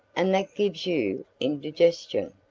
and that gives you indigestion,